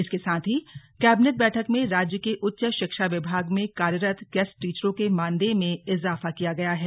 इसके साथ ही कैबिनेट बैठक में राज्य के उच्च शिक्षा विभाग में कार्यरत गेस्ट टीचरों के मानदेय में इजाफा किया गया है